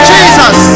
Jesus